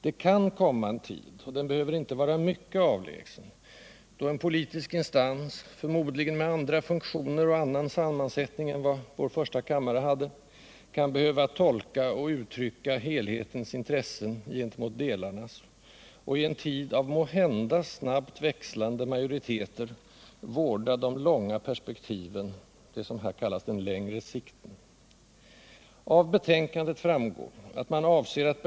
Det kan komma en tid —- och den behöver inte vara mycket avlägsen — då en politisk instans, förmodligen med andra funktioner och annan sammansättning än vår första kammare hade, kan behöva tolka och uttrycka helhetens intressen gentemot delarnas och — i en tid av måhända snabbt växlande majoriteter — vårda de långa perspektiven, det som här kallas den ”längre sikten”. Av betänkandet framgår att man avser att.